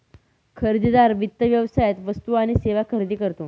खरेदीदार वित्त व्यवसायात वस्तू आणि सेवा खरेदी करतो